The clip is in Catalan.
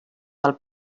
del